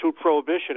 prohibition